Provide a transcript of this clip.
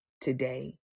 today